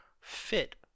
fit